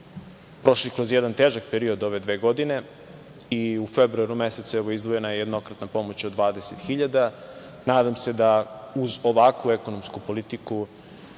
prošli kroz jedan težak period ove dve godine i u februaru mesecu evo izdvojena je jednokratna pomoć od 20.000. Nadam se da uz ovakvu ekonomsku politiku